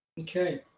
Okay